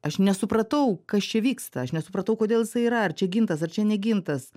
aš nesupratau kas čia vyksta aš nesupratau kodėl jisai yra ar čia gintas ar čia ne gintas